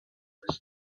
even